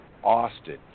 Austin